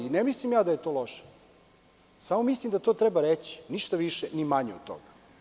Ne mislim da je to loše, samo mislim da to treba reći, ništa više ni manje od toga.